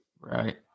right